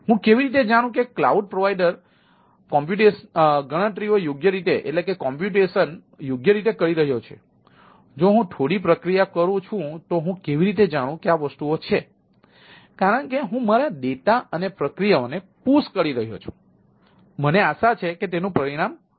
તેથી તે એક ગોપનીયતા કરી રહ્યો છું કરી રહ્યો છું અને મને આશા છે કે તેનું પરિણામ આવશે